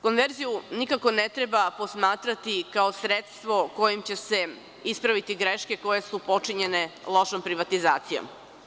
Konverziju nikako ne treba posmatrati kao sredstvo kojim će se ispraviti greške koje su počinjene lošom privatizacijom.